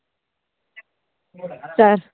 sir